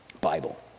Bible